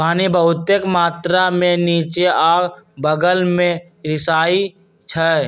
पानी बहुतेक मात्रा में निच्चे आ बगल में रिसअई छई